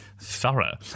thorough